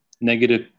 negative